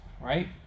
right